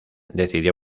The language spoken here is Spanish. decidió